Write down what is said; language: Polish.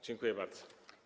Dziękuję bardzo.